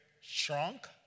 shrunk